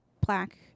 plaque